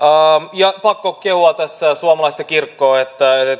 ja pakko kehua tässä suomalaista kirkkoa